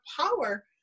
power